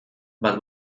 bat